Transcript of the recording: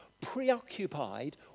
preoccupied